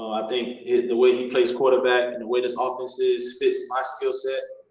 i think it the way he plays quarterback, and the way this ah offence is fits my skill set.